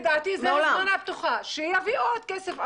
לדעתי זה הזמנה פתוחה שיביאו עוד כסף.